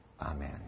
Amen